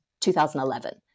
2011